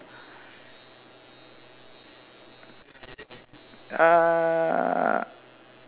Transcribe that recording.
uh